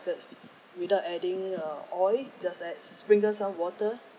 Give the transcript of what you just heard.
without adding uh oil just add sprinkle some water